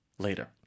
later